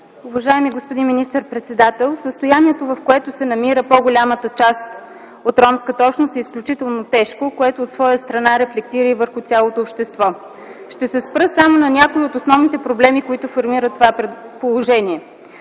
Уважаеми господин министър-председател, състоянието в което се намира по-голямата част от ромската общност е изключително тежко, което от своя страна рефлектира и върху цялото общество. Ще се спра само на някои от основните проблеми, които формират това предположение.